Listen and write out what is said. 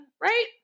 right